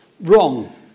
wrong